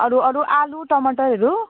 अरू अरू आलु टमाटरहरू